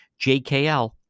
JKL